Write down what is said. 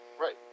Right